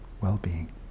well-being